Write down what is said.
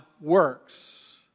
works